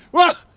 whoa,